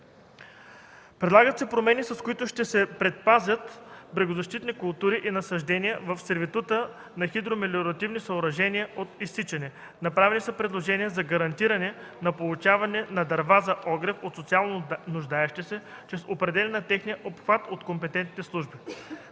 Предлагат се промени, с които ще се предпазят брегозащитни култури и насаждения в сервитута на хидромелиоративни съоръжения от изсичане. Направени са предложения за гарантиране на получаване на дърва за огрев от социално нуждаещите се чрез определяне на техния обхват от компетентните служби.